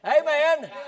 Amen